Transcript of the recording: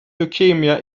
leukaemia